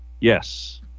Yes